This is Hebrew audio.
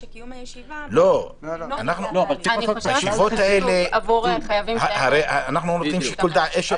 הרי בישיבות האלה אנחנו נותנים שיקול דעת.